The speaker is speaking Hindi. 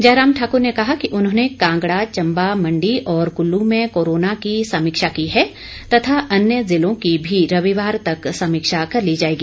जयराम ठाकुर ने कहा कि उन्होंने कांगड़ा चंबा मण्डी और कुल्लू में कोरोना की समीक्षा की है तथा अन्य जिलों की भी रविवार तक समीक्षा कर ली लाएगी